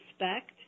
respect